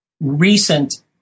recent